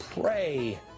pray